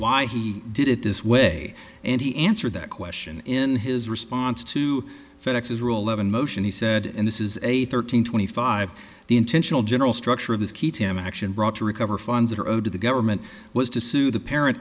why he did it this way and he answered that question in his response to fed ex's ruhleben motion he said and this is a thirteen twenty five the intentional general structure of his key term action brought to recover funds that are owed to the government was to sue the pa